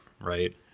right